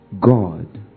God